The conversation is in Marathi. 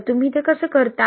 तर तुम्ही ते कसे करता